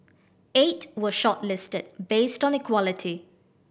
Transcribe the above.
eight were shortlisted based on equality